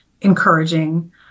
encouraging